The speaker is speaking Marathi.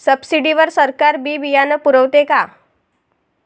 सब्सिडी वर सरकार बी बियानं पुरवते का?